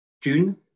june